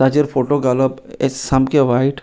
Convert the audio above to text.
ताचेर फोटो घालप हें सामके वायट